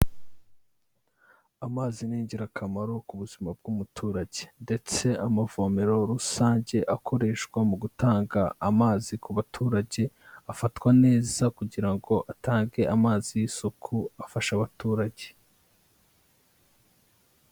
Amazi ni ingirakamaro ku buzima bw'umuturage ndetse amavomero rusange akoreshwa mu gutanga amazi ku baturage afatwa neza kugira ngo atange amazi y'isuku afasha abaturage.